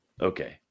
Okay